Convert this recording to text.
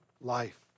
life